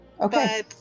Okay